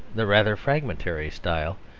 the rather fragmentary style,